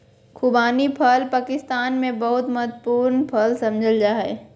खुबानी फल पाकिस्तान में बहुत महत्वपूर्ण फल समझल जा हइ